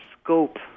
scope